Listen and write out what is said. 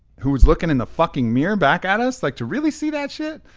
who's looking in the fucking mirror back at us, like to really see that shit,